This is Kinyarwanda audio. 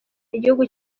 igihugu